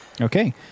Okay